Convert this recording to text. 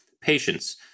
patience